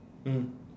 mm